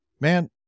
man